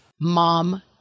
mom